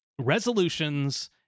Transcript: resolutions